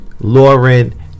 Lauren